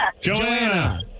Joanna